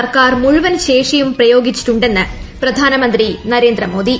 സർക്കാർ മുഴുവൻ ശേഷിയും പ്രയോഗിച്ചിട്ടുണ്ടെന്ന് പ്രധാനമന്ത്രി നരേന്ദ്ര മോദി